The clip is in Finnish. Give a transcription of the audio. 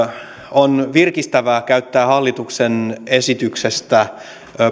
on virkistävää käyttää hallituksen esityksestä